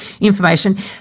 information